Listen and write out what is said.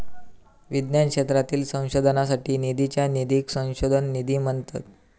विज्ञान क्षेत्रातील संशोधनासाठी निधीच्या निधीक संशोधन निधी म्हणतत